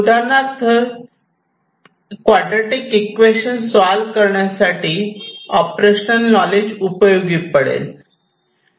उदाहरणार्थ चतुर्भुज equation solve करण्यासाठी ऑपरेशनल नॉलेज उपयोगी पडेल